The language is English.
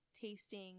tasting